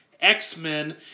X-Men